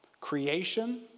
creation